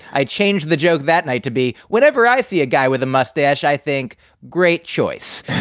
i changed the joke that night to be whenever i see a guy with a mustache, i think great choice.